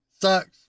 sucks